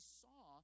saw